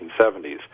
1970s